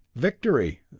victory.